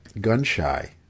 gun-shy